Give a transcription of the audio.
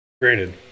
Granted